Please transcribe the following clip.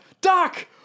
Doc